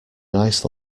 ice